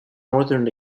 northern